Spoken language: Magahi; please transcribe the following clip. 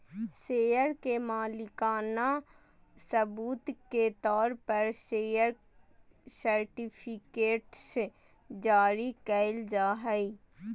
शेयर के मालिकाना सबूत के तौर पर शेयर सर्टिफिकेट्स जारी कइल जाय हइ